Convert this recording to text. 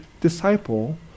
disciple